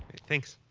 thanks.